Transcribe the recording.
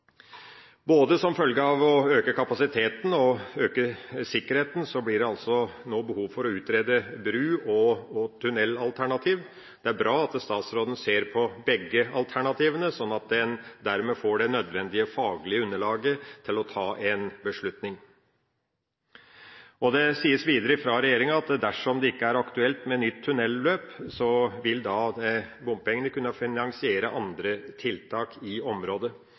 Både som følge av å øke kapasiteten og øke sikkerheten blir det nå behov for å utrede bru- og tunnelalternativ. Det er bra at statsråden ser på begge alternativene slik at en får det nødvendige faglige underlaget til å ta en beslutning. Det sies videre fra regjeringa at dersom det ikke er aktuelt med nytt tunnelløp, vil bompengene kunne finansiere andre tiltak i området.